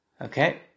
Okay